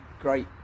great